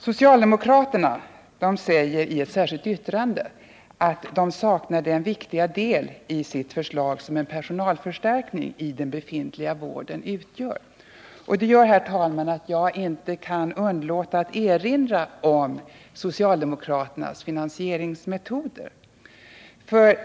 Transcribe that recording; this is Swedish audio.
; Socialdemokraterna säger i ett särskilt yttrande att de saknar den viktiga del i sitt förslag som en personalförstärkning i den befintliga vården utgör. Det gör, herr talman, att jag inte kan underlåta att erinra om socialdemokraternas finansieringsmetoder.